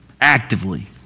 actively